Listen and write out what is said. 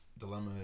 dilemma